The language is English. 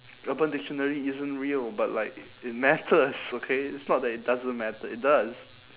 urban dictionary isn't real but like it matters okay it's not that it doesn't matter it does